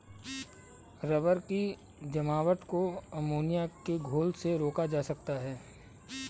rubber की जमावट को अमोनिया के घोल से रोका जा सकता है